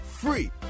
free